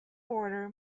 border